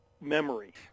memory